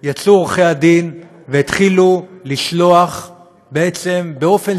יצאו עורכי הדין והתחילו לשלוח באופן